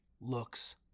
looks